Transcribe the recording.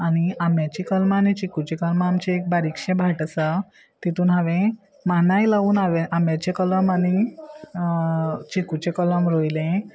आनी आंब्याची कलमां आनी चिकुची कलमां आमचे एक बारीकशें भाट आसा तितून हांवें मानाय लावन हांवें आंब्याचे कलम आनी चिकुचे कलम रोयले